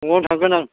न'आव थांगोन आं